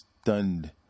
stunned